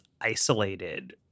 isolated